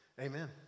Amen